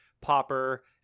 Popper